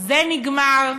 זה נגמר.